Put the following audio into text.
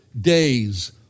days